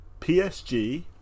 PSG